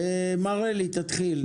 עם התחבורה הציבורית